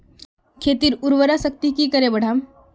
खेतीर उर्वरा शक्ति की करे बढ़ाम?